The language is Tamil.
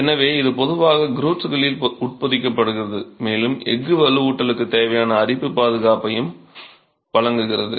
எனவே இது பொதுவாக க்ரூட்களில் உட்பொதிக்கப்படுகிறது மேலும் எஃகு வலுவூட்டலுக்கு தேவையான அரிப்பு பாதுகாப்பையும் வழங்குகிறது